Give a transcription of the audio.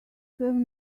have